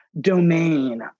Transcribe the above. domain